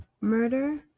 Murder